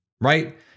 right